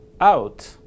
out